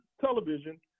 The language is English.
television